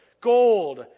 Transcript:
gold